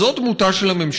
אז זאת דמותה של הממשלה,